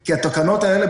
כי התקנות האלה,